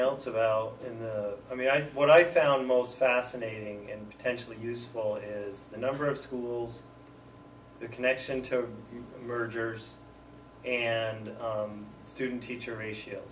else about them i mean i think what i found most fascinating and potentially useful is the number of schools the connection to mergers and student teacher ratio